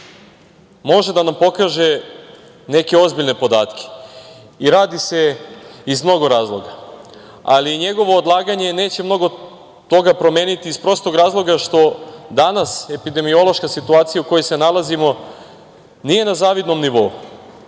može da nam pokaže neke ozbiljne podatke i radi se iz mnogo razloga, ali njegovo odlaganje neće mnogo toga promeniti, iz prostog razloga što danas epidemiološka situacija u kojoj se nalazimo nije na zavidnom nivou.